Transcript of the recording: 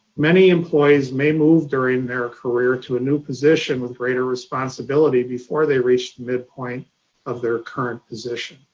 many employees may move during their career to a new position with greater responsibility before they reach the midpoint of their current position.